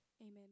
Amen